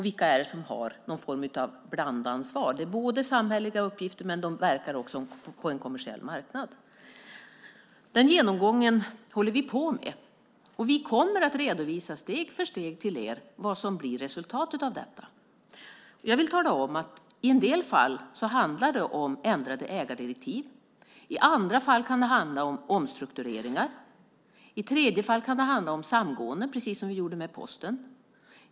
Vilka har någon form av blandansvar - har både samhälleliga uppgifter, och verkar på en kommersiell marknad? Den genomgången håller vi på med. Vi kommer att redovisa steg för steg vad som blir resultatet av detta. I en del fall handlar det om ändrade ägardirektiv. I andra fall kan det handla om omstruktureringar. I tredje fall kan det handla om samgåenden, precis som med Posten.